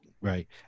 Right